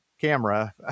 camera